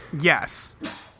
Yes